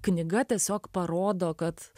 knyga tiesiog parodo kad